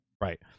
Right